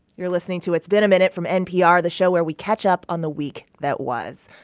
you're listening to it's been a minute from npr, the show where we catch up on the week that was.